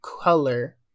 color